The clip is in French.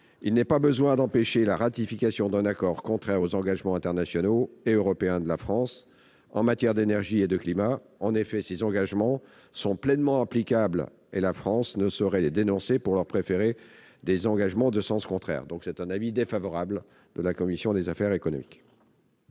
il n'est pas besoin d'empêcher la ratification d'un accord contraire aux engagements internationaux et européens de la France en matière d'énergie et de climat. En effet, ces engagements sont pleinement applicables, et la France ne saurait les dénoncer pour leur préférer des engagements de sens contraire. La commission a donc émis un avis défavorable